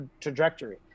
trajectory